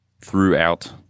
throughout